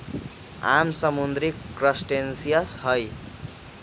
आम समुद्री क्रस्टेशियंस हई